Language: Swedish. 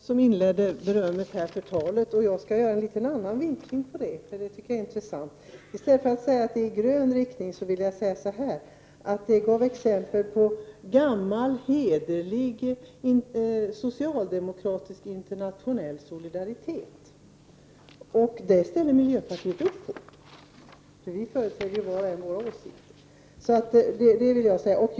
Fru talman! Det var jag som var den första att komma med beröm efter statsrådets anförande. Jag vill dock göra en annan vinkling, som jag tycker är intressant. I stället för att uttala mig i grön riktning vill jag säga att anförandet gav exempel på gammal hederlig socialdemokratiskt internationell solidaritet, och det är något som vi ställer upp på. Men var och en av oss företräder ju sin åsikt.